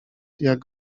jak